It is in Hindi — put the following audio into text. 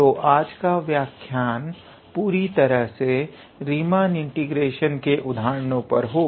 तो आज का व्याख्यायन पूरी तरह से रीमान इंटीग्रेशन के उदाहरणों पर होगा